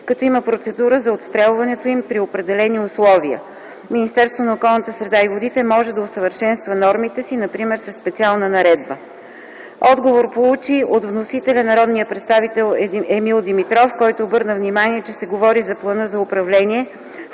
като има процедура за отстрелването им при определени условия. Министерството на околната среда може да усъвършенства нормативите си, например със специална наредба. Отговор получи от вносителя – народния представител Емил Димитров, който обърна внимание, че ще говори за плана за управление,